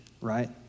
right